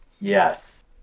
yes